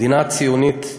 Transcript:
המדינה הציונית: